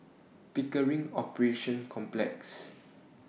Pickering Operations Complex